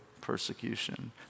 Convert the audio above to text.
persecution